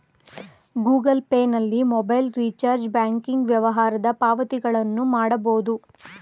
Google Pay ನಲ್ಲಿ mobile recharge, banking ವ್ಯವಹಾರದ ಪಾವತಿಗಳನ್ನು ಮಾಡಬೋದು